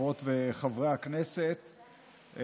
חברות וחברי הכנסת,